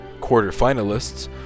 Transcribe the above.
quarterfinalists